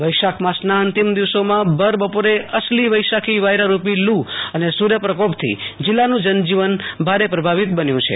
વૈશાખ માસના અંતિમ દિવસોમાં ભર બપોરે અસલી વૈશાખી વાયરારૂપી લૂ અને સુર્યપ્રકોપથી જિલ્લાનું જનજોવન ભારે પ્રભાવિત બન્યું છે